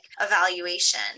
evaluation